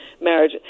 marriage